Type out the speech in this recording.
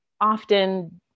often